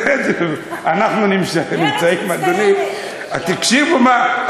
אנחנו נמצאים, אדוני, מרצ מצטיינת.